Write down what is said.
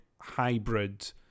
hybrid